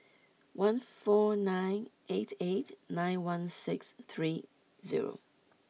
one four nine eight eight nine one six three zero